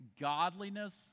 godliness